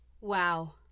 Wow